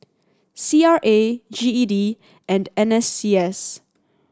C R A G E D and N S C S